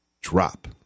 Drop